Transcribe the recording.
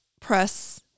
press